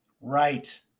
Right